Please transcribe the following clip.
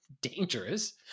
dangerous